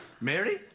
Mary